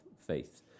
faith